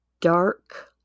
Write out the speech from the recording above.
dark